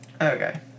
okay